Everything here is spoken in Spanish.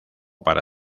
para